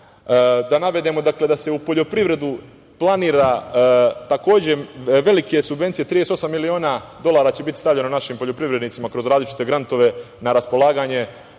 dakle, da se u poljoprivredu planiraju takođe velike subvencije. Trideset i osam miliona dolara će biti stavljeno našim poljoprivrednicima kroz različite grantove na raspolaganje